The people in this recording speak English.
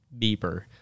beeper